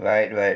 right right